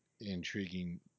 intriguing